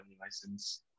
license